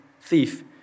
thief